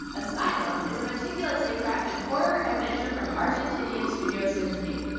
asylum is a meticulously crafted horror adventure from argentinian studio senscape,